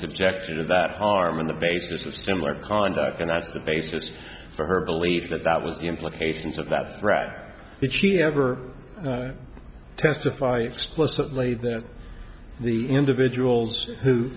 subjected to that harm on the basis of similar conduct and that's the basis for her belief that that was the implications of that threat if she ever testify explicitly that the individuals who